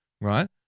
right